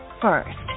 first